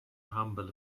humble